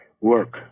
work